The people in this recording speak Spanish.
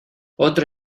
otro